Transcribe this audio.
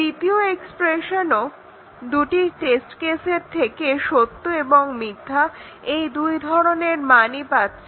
দ্বিতীয় এক্সপ্রেশনও দুটি টেস্ট কেসের থেকে সত্য এবং মিথ্যা দুই ধরনের মানই পাচ্ছে